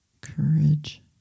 courage